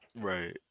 Right